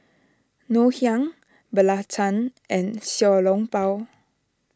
Ngoh Hiang Belacan and Xiao Long Bao